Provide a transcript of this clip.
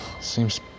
Seems